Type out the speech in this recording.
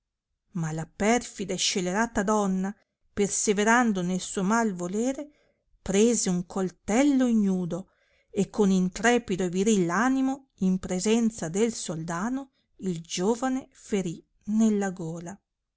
ma la perfida e scelerata donna perseverando nel suo mal volere prese un coltello ignudo e con intrepido e viril animo in presenza del soldano il giovane ferì nella gola